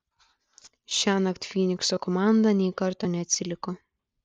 šiąnakt fynikso komanda nei karto neatsiliko